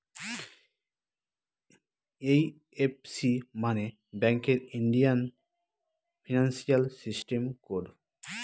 IFC মানে ব্যাঙ্কের Indian financial system code